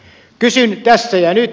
kysyn tässä ja nyt